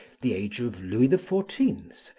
the age of louis the fourteenth,